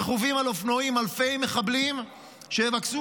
רכובים על אופנועים אלפי מחבלים שיבקשו